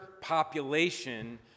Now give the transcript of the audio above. population